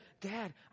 dad